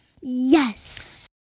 Yes